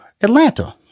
Atlanta